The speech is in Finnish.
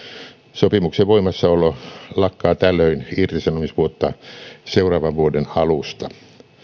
sopimuksen voimassaolo lakkaa tällöin irtisanomisvuotta seuraavan vuoden alusta